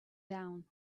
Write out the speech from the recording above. down